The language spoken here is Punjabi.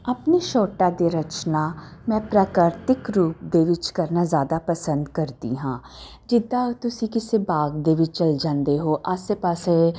ਆਪਣੀ ਸ਼ੋਟਾਂ ਦੀ ਰਚਨਾ ਮੈਂ ਪ੍ਰਾਕਿਰਤਿਕ ਰੂਪ ਦੇ ਵਿੱਚ ਕਰਨਾ ਜ਼ਿਆਦਾ ਪਸੰਦ ਕਰਦੀ ਹਾਂ ਜਿੱਦਾਂ ਤੁਸੀਂ ਕਿਸੇ ਬਾਗ ਦੇ ਵਿੱਚ ਚਲ ਜਾਂਦੇ ਹੋ ਆਸੇ ਪਾਸੇ